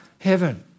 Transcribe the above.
heaven